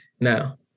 Now